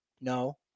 no